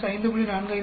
8 5